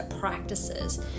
practices